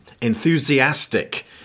enthusiastic